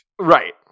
Right